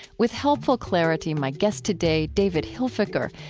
with helpful clarity, my guest today, david hilfiker,